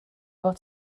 fod